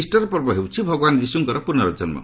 Easter ପର୍ବ ହେଉଛି ଭଗବାନ ଯୀଶୁଙ୍କର ପୁର୍ନକନ୍ମ